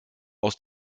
aus